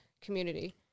community